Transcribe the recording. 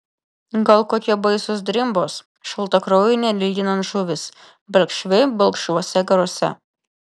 gal kokie baisūs drimbos šaltakraujai nelyginant žuvys balkšvi balkšvuose garuose